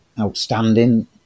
outstanding